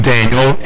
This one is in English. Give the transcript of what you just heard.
Daniel